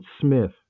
Smith